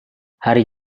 hari